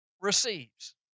receives